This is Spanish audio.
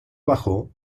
bajó